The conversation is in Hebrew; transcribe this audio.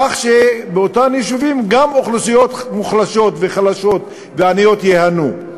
כך שבאותם יישובים גם אוכלוסיות מוחלשות וחלשות ועניות ייהנו.